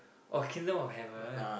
oh Kingdom of Heaven